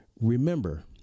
remember